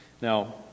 Now